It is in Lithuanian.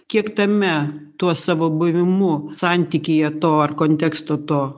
kiek tame tuo savo buvimu santykyje to ar konteksto to